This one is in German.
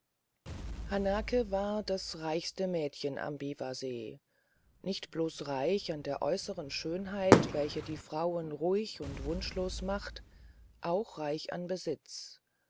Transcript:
hanake war das reichste mädchen am biwasee nicht bloß reich an der äußeren schönheit welche die frauen ruhig und wunschlos macht auch reich an besitz